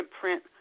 print